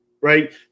Right